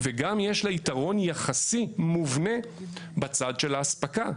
וגם יש לה יתרון יחסי מובנה בצד של האספקה.